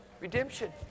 redemption